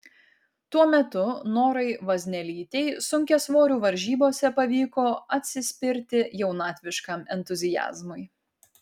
tuo metu norai vaznelytei sunkiasvorių varžybose pavyko atsispirti jaunatviškam entuziazmui